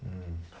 mmhmm